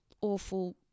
awful